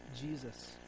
Jesus